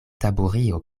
taburio